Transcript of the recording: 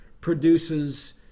produces